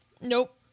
Nope